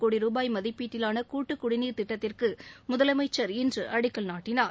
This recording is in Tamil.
கோடி ரூபாய் மதிப்பிலான கூட்டுக்குடிநீர் திட்டத்திற்கு முதலமைச்சர் இன்று அடிக்கல் நாட்டினார்